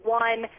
one